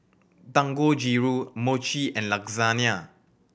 Dangojiru Mochi and Lasagna